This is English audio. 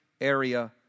area